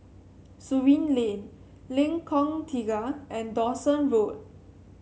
Surin Lane Lengkong Tiga and Dawson Road